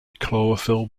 chlorophyll